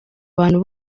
abantu